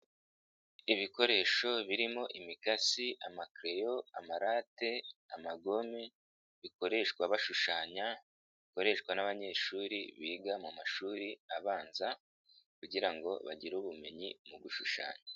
Ibikoresho birimo imikasi, amakereyo, amarate, amagome bikoreshwa bashushanya, bikoreshwa n'abanyeshuri biga mu mashuri abanza kugira ngo bagire ubumenyi mu gushushanya.